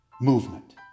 movement